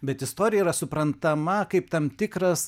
bet istorija yra suprantama kaip tam tikras